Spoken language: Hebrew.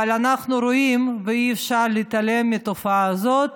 אבל אנחנו רואים ואי-אפשר להתעלם מהתופעה הזאת.